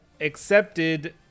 accepted